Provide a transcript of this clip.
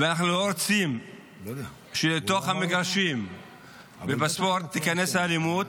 אנחנו לא רוצים שלתוך המגרשים ולספורט תיכנס אלימות